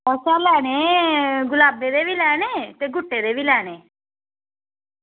असें लैने गलाबै दे बी लैने ते गुट्टै दे बी लैने